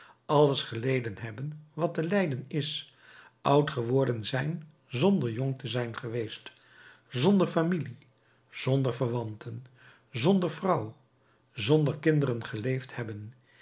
alles geleden hebben wat te lijden is oud geworden zijn zonder jong te zijn geweest zonder familie zonder verwanten zonder vrouw zonder kinderen geleefd hebben